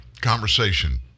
conversation